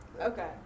Okay